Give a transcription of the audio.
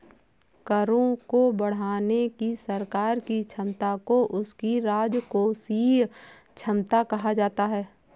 करों को बढ़ाने की सरकार की क्षमता को उसकी राजकोषीय क्षमता कहा जाता है